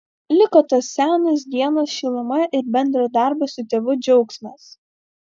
liko tos senos dienos šiluma ir bendro darbo su tėvu džiaugsmas